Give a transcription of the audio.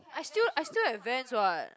I still I still have Vans what